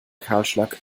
kahlschlag